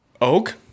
Oak